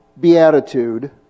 Beatitude